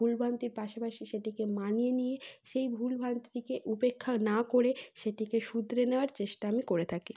ভুলভ্রান্তির পাশাপাশি সেটিকে মানিয়ে নিয়ে সেই ভুলভ্রান্তিটিকে উপেক্ষা না করে সেটিকে শুধরে নেওয়ার চেষ্টা আমি করে থাকি